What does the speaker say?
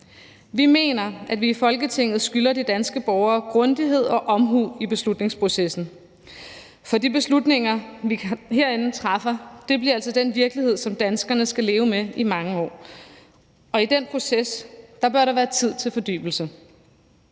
Vi mener, at vi i Folketinget skylder de danske borgere grundighed og omhu i beslutningsprocessen, for de beslutninger, vi træffer herinde, bliver altså til den virkelighed, som danskerne skal leve med i mange år, og i den proces bør der være tid til fordybelse.